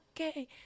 okay